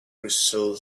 crystal